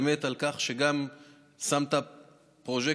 באמת על כך שגם שמת פרוז'קטור,